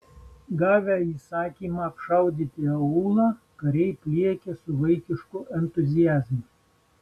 gavę įsakymą apšaudyti aūlą kariai pliekia su vaikišku entuziazmu